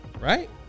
Right